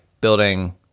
building